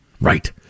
Right